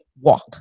walk